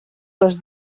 les